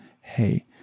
hey